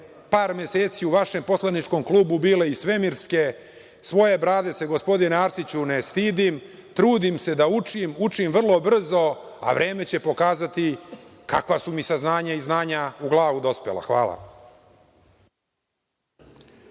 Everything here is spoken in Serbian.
par meseci u vašem poslaničkom klubu bile i svemirske. Svoje brade se, gospodine Arsiću, ne stidim. Trudim se da učim, učim vrlo brzo, a vreme će pokazati kakva su mi saznanja i znanja u glavu dospela. Hvala.